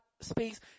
speaks